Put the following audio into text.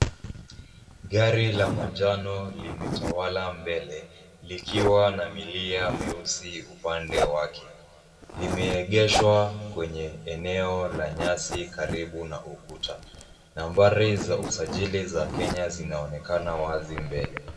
Gari la manjano limetawala mbele, likiwa na milia mieusi upande wake. Limeegeshwa kwenye eneo la nyasi karibu na ukuta. Nambari za usajili za Kenya zinaonekana wazi mbele.